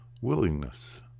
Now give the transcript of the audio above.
willingness